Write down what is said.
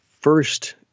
first